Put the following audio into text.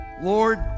Lord